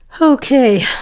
Okay